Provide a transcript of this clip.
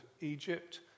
Egypt